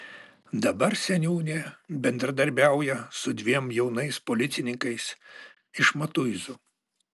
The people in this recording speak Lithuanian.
dabar seniūnė bendradarbiauja su dviem jaunais policininkais iš matuizų